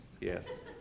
Yes